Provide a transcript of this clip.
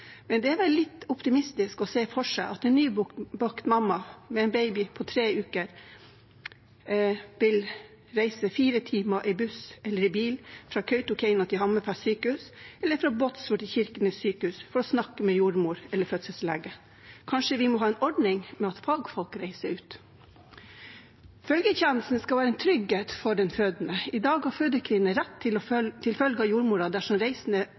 men det er vel litt optimistisk å se for seg at en nybakt mamma med en baby på tre uker vil reise fire timer i buss eller bil fra Kautokeino til Hammerfest sykehus eller fra Båtsfjord til Kirkenes sykehus for å snakke med jordmor eller fødselslege. Kanskje vi må ha en ordning der fagfolk reiser ut. Følgetjenesten skal være en trygghet for den fødende. I dag har fødekvinner rett til følge av jordmor dersom reisen er beregnet til